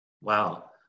Wow